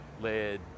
led